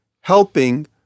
helping